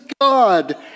God